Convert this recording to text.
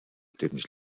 temps